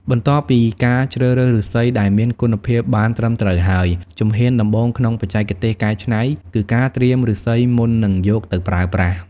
បន្ទាប់ពីការជ្រើសរើសឫស្សីដែលមានគុណភាពបានត្រឹមត្រូវហើយ ជំហានដំបូងក្នុងបច្ចេកទេសកែច្នៃគឺការត្រៀមឫស្សីមុននឹងយកទៅប្រើប្រាស់។